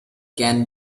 can